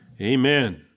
Amen